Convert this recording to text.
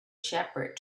shepherd